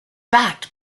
backed